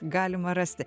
galima rasti